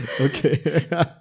Okay